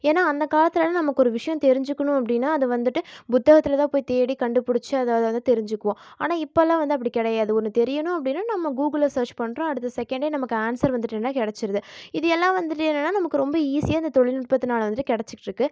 ஏன்னா அந்த காலத்துலலாம் நமக்கு ஒரு விஷயம் தெரிஞ்சுக்கணும் அப்படின்னா அதை வந்துவிட்டு புத்தகத்துல தான் போய் தேடி கண்டுபுடிச்சு அதை வந்து தெரிஞ்சிக்குவோம் ஆனால் இப்போல்லாம் வந்து அப்படி கிடையாது ஒன்று தெரியணும் அப்படின்னா நம்ம கூகுளில் சர்ச் பண்ணுறோம் அடுத்த செகண்டே நமக்கு ஆன்சர் வந்துவிட்டு என்னன்னா கிடச்சிருது இது எல்லாம் வந்துவிட்டு என்னன்னா நமக்கு ரொம்ப ஈஸியாக இந்த தொழில்நுட்பத்துனால வந்துவிட்டு கிடச்சிக்கிட்டுருக்கு